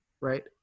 right